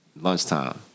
lunchtime